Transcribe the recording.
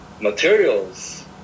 materials